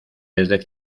desde